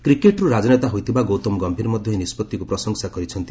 କ୍ରିକେଟ୍ରୁ ରାଜନେତା ହୋଇଥିବା ଗୌତମ ଗମ୍ଭୀର ମଧ୍ୟ ଏହି ନିଷ୍କଭିକୁ ପ୍ରଶଂସା କରିଛନ୍ତି